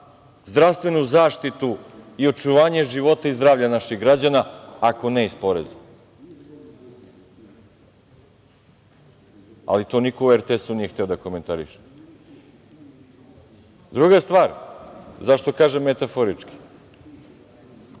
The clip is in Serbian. zdravstvenu zaštitu i očuvanje života i zdravlja naših građana ako ne iz poreza? Ali, to niko u RTS-u nije hteo da komentariše. Druga stvar, zašto kažem metaforički